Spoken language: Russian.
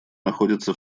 находятся